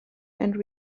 and